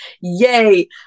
Yay